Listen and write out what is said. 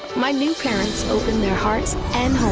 my new parents opened their hearts and